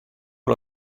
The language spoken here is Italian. con